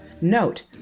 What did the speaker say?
Note